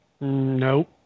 No